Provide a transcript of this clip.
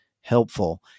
helpful